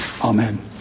Amen